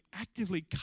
actively